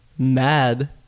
Mad